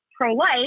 pro-life